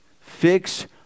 fix